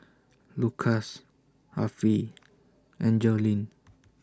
Lucas Affie and Joline